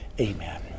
Amen